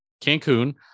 Cancun